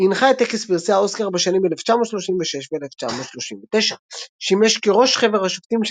הנחה את טקס פרסי האוסקר בשנים 1936 ו- 1939. שימש כראש חבר השופטים של